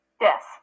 Yes